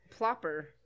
plopper